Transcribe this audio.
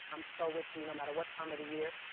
i'm so with you no matter what time of the year.